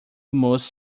most